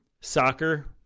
soccer